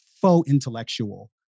faux-intellectual